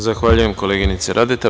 Zahvaljujem, koleginice Radeta.